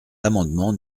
l’amendement